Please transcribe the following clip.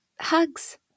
hugs